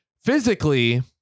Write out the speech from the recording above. Physically